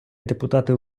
депутати